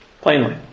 Plainly